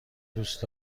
دوست